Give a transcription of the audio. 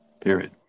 period